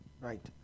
Right